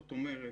זאת אומרת,